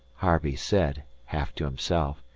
harvey said, half to himself,